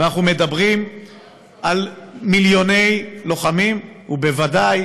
ואנחנו מדברים על מיליוני לוחמים, ובוודאי